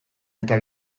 eta